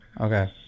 Okay